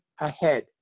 ahead